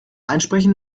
einsprechen